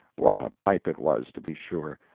what a pipe it was, to be sure!